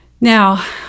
Now